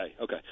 okay